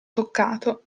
toccato